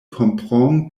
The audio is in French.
comprend